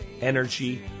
energy